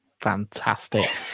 fantastic